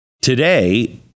Today